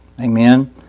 Amen